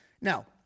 Now